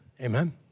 Amen